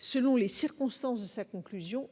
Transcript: selon les circonstances de sa conclusion